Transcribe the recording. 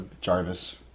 Jarvis